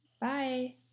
Bye